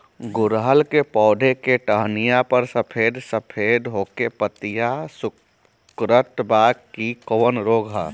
गुड़हल के पधौ के टहनियाँ पर सफेद सफेद हो के पतईया सुकुड़त बा इ कवन रोग ह?